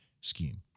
scheme